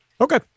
Okay